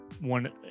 one